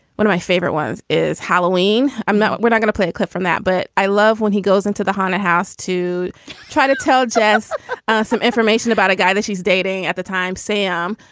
one of my favorite ones is halloween. i'm not we're not gonna play a clip from that. but i love when he goes into the haunted house to try to tell jess some information about a guy that she's dating at the time sam,